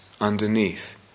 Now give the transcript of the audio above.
underneath